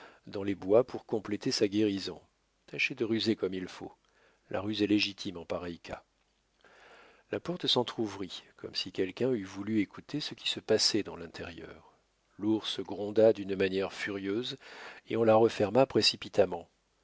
dans les bois pour compléter sa guérison tâchez de ruser comme il faut la ruse est légitime en pareil cas la porte s'entr'ouvrit comme si quelqu'un eût voulu écouter ce qui se passait dans l'intérieur l'ours gronda d'une manière furieuse et on la referma précipitamment